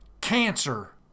cancer